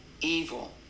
evil